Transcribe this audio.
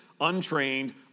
untrained